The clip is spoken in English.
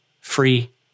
free